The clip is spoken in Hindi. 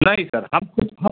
नहीं सर हम ख़ुद हम